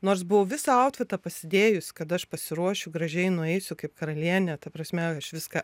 nors buvau visą autfitą pasidėjus kad aš pasiruošiu gražiai nueisiu kaip karalienė ta prasme aš viską